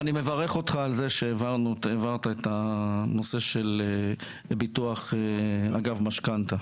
ואני מברך אותך על זה שהעברת את הנושא של ביטוח אגב משכנתא.